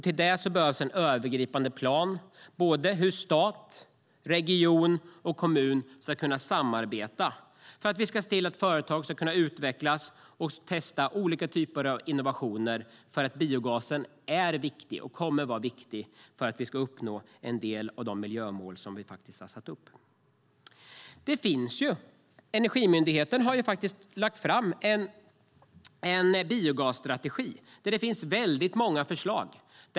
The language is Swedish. Till det behövs en övergripande plan för hur stat, region och kommun ska kunna samarbeta för att företag ska kunna utvecklas och testa innovationer. Biogasen är viktig, och den kommer att vara viktig för att vi ska uppnå en del av de miljömål som vi har satt upp. Energimyndigheten har lagt fram en biogasstrategi med många förslag.